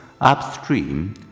upstream